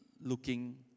looking